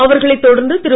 அவர்களை தொடர்ந்து திரு